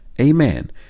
Amen